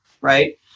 right